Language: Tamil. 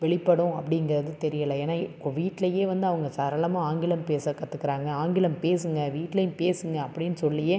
வெளிப்படும் அப்படிங்கிறது தெரியலை ஏன்னால் இப்போது வீட்டிலேயே வந்து அவங்க சரளமாக ஆங்கிலம் பேச கற்றுக்குறாங்க ஆங்கிலம் பேசுங்க வீட்டிலேயும் பேசுங்க அப்படின் சொல்லியே